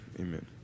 Amen